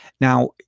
Now